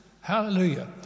hallelujah